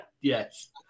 yes